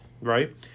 Right